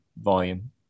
volume